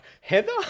Heather